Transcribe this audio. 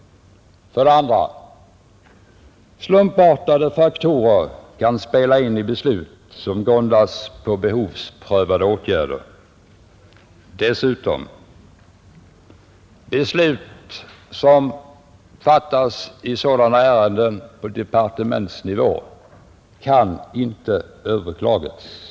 För det andra kan slumpartade faktorer spela in i beslut som grundas på behovsprövade åtgärder. Dessutom kan beslut som fattas på departementsnivå i sådana ärenden inte överklagas.